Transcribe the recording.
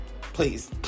please